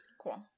Cool